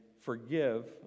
forgive